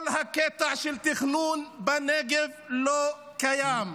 כל הקטע של תכנון בנגב לא קיים.